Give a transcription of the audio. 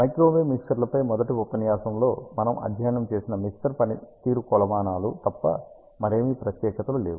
micro wave మిక్సర్లపై మొదటి ఉపన్యాసంలో మనము అధ్యయనం చేసిన మిక్సర్ పనితీరు కొలమానాలు తప్ప మరేమీ ప్రత్యేకతలు లేవు